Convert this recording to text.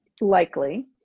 likely